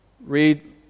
Read